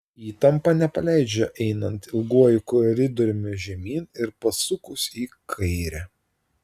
įtampa nepaleidžia einant ilguoju koridoriumi žemyn ir pasukus į kairę